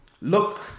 look